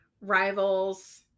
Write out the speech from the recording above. rivals